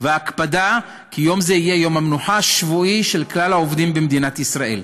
וההקפדה שיום זה יהיה יום המנוחה השבועי של כלל העובדים במדינת ישראל.